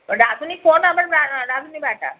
রাধুনি ফোড়ন আবার রা রাধুনি বাটা